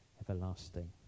everlasting